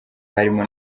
harimo